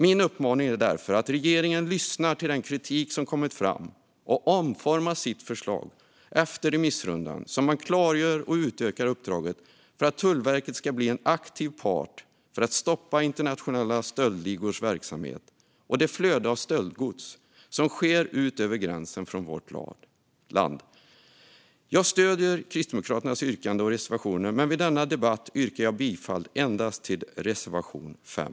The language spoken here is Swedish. Min uppmaning är därför att regeringen lyssnar till den kritik som kommit fram och omformar sitt förslag efter remissrundan så att man klargör och utökar uppdraget för att Tullverket ska bli en aktiv part för att stoppa internationella stöldligors verksamhet och det flöde av stöldgods som sker ut över gränsen från vårt land. Jag stöder Kristdemokraternas yrkande och reservationer. Men i denna debatt yrkar jag bifall endast till reservation 5.